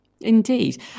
Indeed